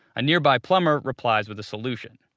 a nearby plumber replies with a solution.